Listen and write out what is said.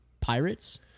pirates